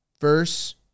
verse